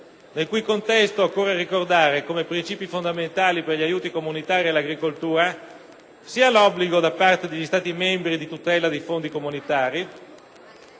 nel cui contesto occorre ricordare come principi fondamentali per gli aiuti comunitari all'agricoltura sia l'obbligo da parte degli Stati membri di tutela dei fondi comunitari,